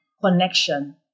connection